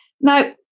Now